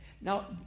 Now